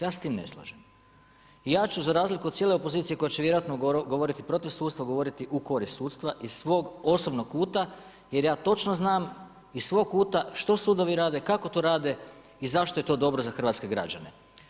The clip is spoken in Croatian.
Ja se s tim ne slažem i ja ću za razliku od cijele opozicije koja će vjerojatno govoriti protiv sustava govoriti u korist sustava iz svog osobnog kuta jer ja točno znam iz svog kuta što sudovi rade, kako to rade i zašto je to dobro za hrvatske građane.